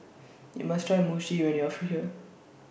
YOU must Try Mochi when YOU Are here